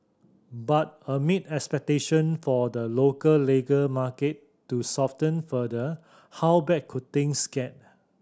but amid expectation for the local labour market to soften further how bad could things get